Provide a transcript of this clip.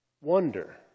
wonder